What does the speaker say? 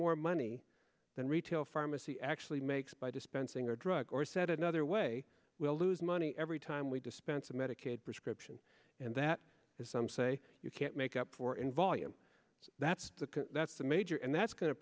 more money than retail pharmacy actually makes by dispensing a drug or said another way we'll lose money every time we dispense a medicaid prescription and that as some say you can't make up for in volume that's the that's the major and that's go